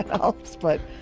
helps, but.